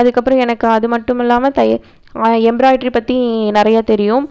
அதுக்கப்புறம் எனக்கு அது மட்டும் இல்லாமல் தை வா எம்பிராய்டிரி பற்றி நிறையா தெரியும்